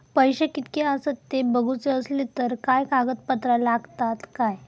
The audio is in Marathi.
पैशे कीतके आसत ते बघुचे असले तर काय कागद पत्रा लागतात काय?